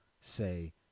say